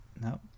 no